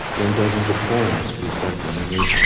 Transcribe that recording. learn dozens of poems to recite from memory,